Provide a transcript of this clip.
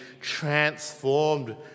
transformed